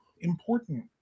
important